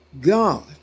God